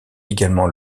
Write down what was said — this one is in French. également